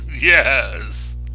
Yes